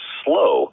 slow